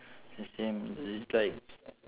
the same it's like